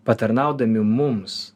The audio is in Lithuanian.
patarnaudami mums